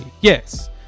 Yes